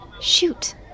Shoot